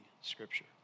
Scripture